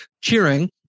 cheering